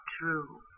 true